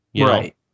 right